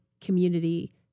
community